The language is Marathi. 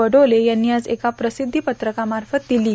बडोले यांनी आज एका प्रसिध्दी पत्रकामार्फत दिली आहे